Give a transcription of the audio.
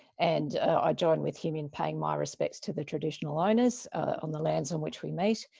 and i join with him in paying my respects to the traditional owners on the lands on which we meet,